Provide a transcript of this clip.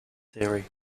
theory